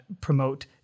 promote